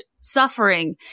suffering